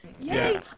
Yay